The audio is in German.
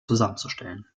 zusammenzustellen